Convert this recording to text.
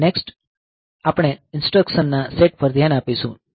આગળ આપણે ઇન્સટ્રકશન ના સેટ પર ધ્યાન આપીશું